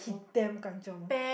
he damn kanchiong